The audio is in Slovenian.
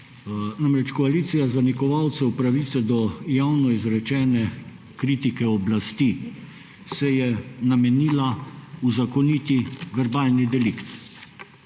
zboru. Koalicija zanikovalcev pravice do javno izrečene kritike oblasti se je namenila uzakoniti verbalni delikt.